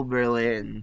Berlin